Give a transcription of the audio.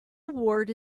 award